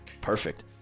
Perfect